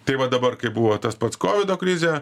tai va dabar kai buvo tas pats kovido krizė